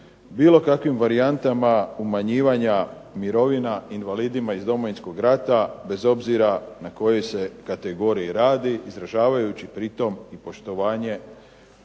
bilo kakvim varijantama umanjivanja mirovina invalidima iz Domovinskog rata, bez obzira na kojoj se kategoriji radi, izražavajući pritom i poštovanje